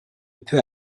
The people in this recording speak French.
peut